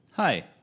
Hi